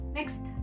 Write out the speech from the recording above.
Next